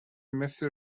مثل